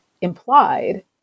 implied